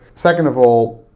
second of all,